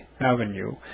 Avenue